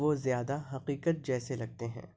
وہ زیادہ حقیقت جیسے لگتے ہیں